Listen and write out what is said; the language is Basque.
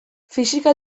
fisika